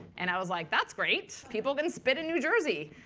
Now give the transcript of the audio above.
and i was like, that's great. people can spit in new jersey.